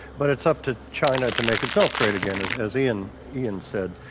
but it's up to china to make itself great again, as as ian ian said.